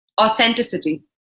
authenticity